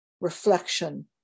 reflection